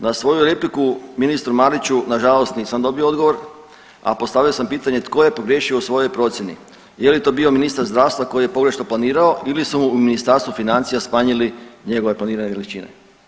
Na svoju repliku ministru Mariću nažalost nisam dobio odgovor, a postavio sam pitanje tko je pogriješio u svojoj procjeni, je li to bio ministar zdravstva koji je pogrešno planirao ili su u Ministarstvu financija smanjili njegove planirane veličine.